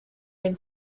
been